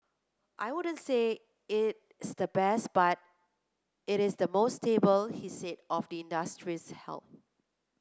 I wouldn't say it's the best but it is the most stable he said of the industry's health